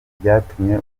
byatumye